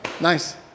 Nice